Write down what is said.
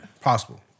Possible